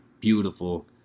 beautiful